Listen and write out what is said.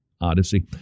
Odyssey